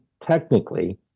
technically